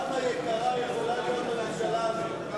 כמה יקרה יכולה להיות הממשלה הזאת?